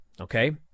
okay